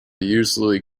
usually